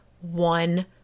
one